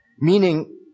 Meaning